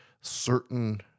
certain